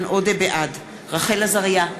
בעד רחל עזריה,